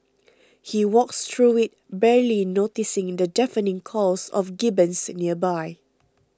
he walks through it barely noticing in the deafening calls of gibbons nearby